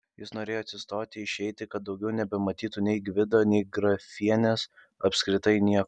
jis norėjo atsistoti išeiti kad daugiau nebematytų nei gvido nei grafienės apskritai nieko